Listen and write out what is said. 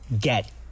get